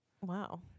Wow